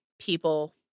people